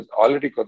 already